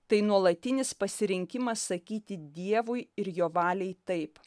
tai nuolatinis pasirinkimas sakyti dievui ir jo valiai taip